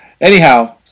Anyhow